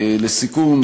לסיכום,